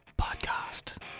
podcast